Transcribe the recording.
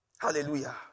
Hallelujah